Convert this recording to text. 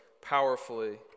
powerfully